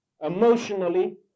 emotionally